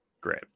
Great